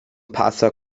passau